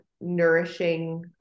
nourishing